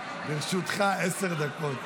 לרשותך עשר דקות.